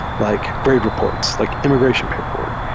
like grade reports, like imm igration but reports,